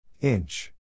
Inch